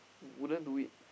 wouldn't do it